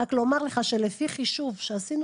רק לומר לך שלפי חישוב שעשינו,